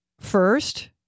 First